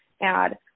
add